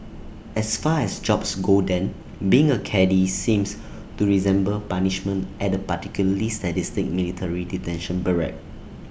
as far as jobs go then being A caddie seems to resemble punishment at A particularly sadistic military detention barrack